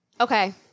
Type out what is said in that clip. Okay